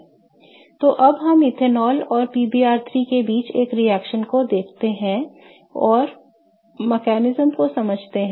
तो अब हम इथेनॉल और PBr3 के बीच एक रिएक्शन को देखते हैं और तंत्र को समझते हैं